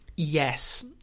Yes